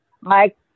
Mike